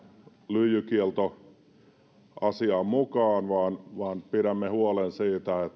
lyijykieltoasiaan mukaan vaan vaan pidämme huolen siitä että